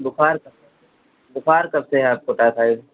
बुखार का बुखार कब से है आपको टायफाइड